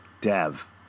Dev